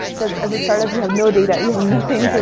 as as a start up you have no data, you have nothing